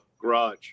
garage